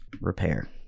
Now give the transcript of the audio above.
Repair